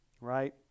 right